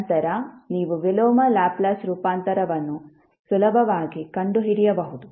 ನಂತರ ನೀವು ವಿಲೋಮ ಲ್ಯಾಪ್ಲೇಸ್ ರೂಪಾಂತರವನ್ನು ಸುಲಭವಾಗಿ ಕಂಡುಹಿಡಿಯಬಹುದು